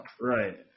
Right